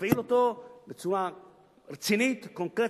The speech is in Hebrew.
להפעיל אותו בצורה רצינית, קונקרטית.